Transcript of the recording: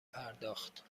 پرداخت